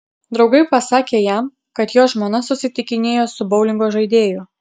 draugai pasakė jam kad jo žmona susitikinėjo su boulingo žaidėju